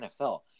NFL